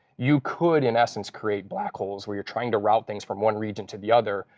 you could, in essence, create black holes where you're trying to route things from one region to the other.